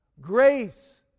grace